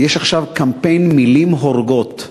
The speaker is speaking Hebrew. יש עכשיו קמפיין "מילים הורגות".